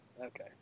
Okay